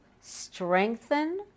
strengthen